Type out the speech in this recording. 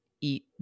eat